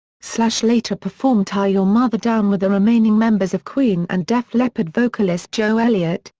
slash later performed tie your mother down with the remaining members of queen and def leppard vocalist joe elliott,